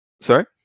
Sorry